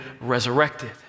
resurrected